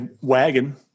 wagon